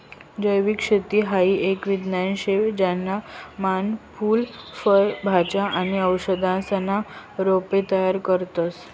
जैविक शेती हाई एक विज्ञान शे ज्याना मान फूल फय भाज्या आणि औषधीसना रोपे तयार करतस